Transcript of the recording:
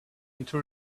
into